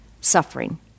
suffering